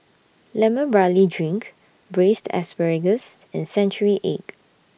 Lemon Barley Drink Braised Asparagus and Century Egg